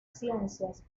ciencias